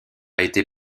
été